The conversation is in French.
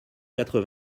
quatre